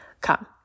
come